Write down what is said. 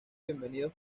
bienvenidos